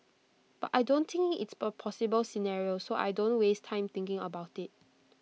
but I don't think it's A possible scenario so I don't waste time thinking about IT